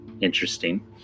Interesting